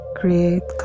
create